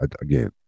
again